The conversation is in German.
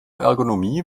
ergonomie